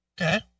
Okay